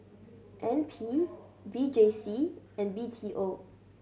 N P V J C and B T O